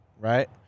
right